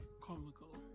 comical